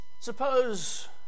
Suppose